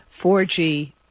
4g